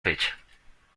fecha